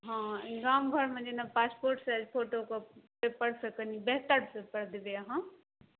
हँ गाम घरमे जेना पासपोर्ट साइज फोटो कऽ पेपरसँ कनी बेहतर पेपर देबै अहाँ